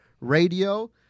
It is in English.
radio